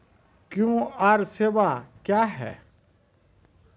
QR सेवा क्या हैं?